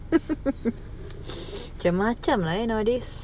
macam-macam lah nowadays